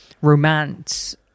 romance